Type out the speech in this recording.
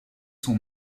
son